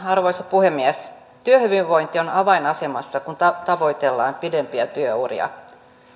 arvoisa puhemies työhyvinvointi on avainasemassa kun tavoitellaan pidempiä työuria